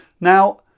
Now